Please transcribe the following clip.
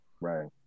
Right